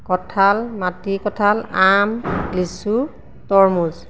কঁঠাল মাটি কঁঠাল আম লিচু তৰমুজ